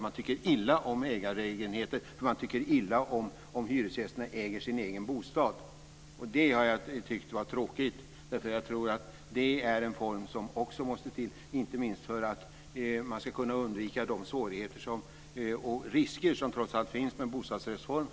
Man tycker illa om ägarlägenheter, eftersom man tycker illa om att hyresgästerna äger sin egen bostad. Det tycker jag är tråkigt. Det är en form som också måste till inte minst för att man ska kunna undvika de svårigheter och risker som trots allt finns med bostadsrättsformen.